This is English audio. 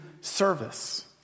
service